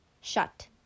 shut